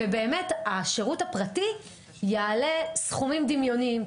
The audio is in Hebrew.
ובאמת, השירות הפרטי יעלה סכומים דמיוניים.